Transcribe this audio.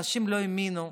אנשים לא האמינו,